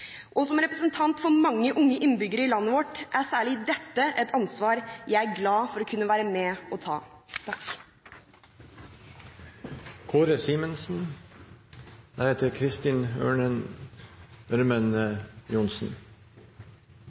Og som representant for mange unge innbyggere i landet vårt er særlig dette et ansvar jeg er glad for å kunne være med på å ta.